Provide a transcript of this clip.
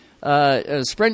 sprint